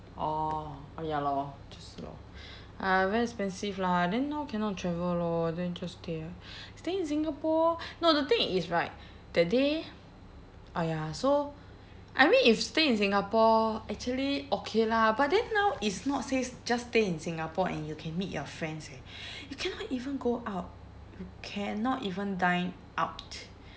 orh orh ya lor 就是 lor !aiya! very expensive lah then now cannot travel lor then just stay at stay in singapore no the thing is right that day !aiya! so I mean if stay in singapore actually okay lah but then now it's not say just stay in singapore and you can meet your friends eh you cannot even go out you cannot even dine out